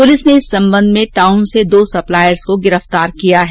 police ने इस संबंध में टाउन से दो सप्लायर्स को गिरफ्तार किया है